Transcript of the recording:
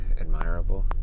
admirable